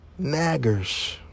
Naggers